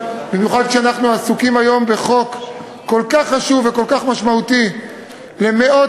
במיוחד כשאנחנו עסוקים היום בחוק כל כך חשוב וכל כך משמעותי למאות,